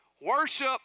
Worship